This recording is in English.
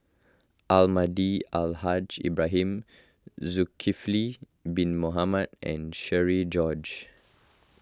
Almahdi Al Haj Ibrahim Zulkifli Bin Mohamed and Cherian George